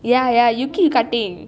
ya ya you keep cutting